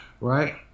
Right